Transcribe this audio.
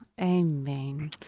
Amen